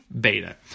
beta